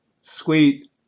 Sweet